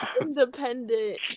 independent